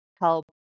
help